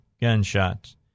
gunshots